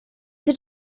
did